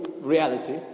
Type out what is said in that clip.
reality